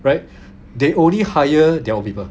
right they only hire their own people